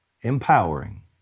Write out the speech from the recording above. empowering